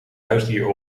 huisdier